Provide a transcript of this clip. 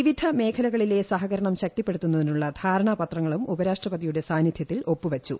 വിവിധ മേഖലകളിലെ സഹകരണം ശക്തിപ്പെടുത്തുന്നതിനുള്ള ധ്രാരണാപത്രങ്ങളും ഉപരാഷ്ട്രപതിയുടെ സാന്നിദ്ധ്യത്തിൽ ഒപ്പൂ്പൂച്ചു